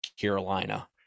carolina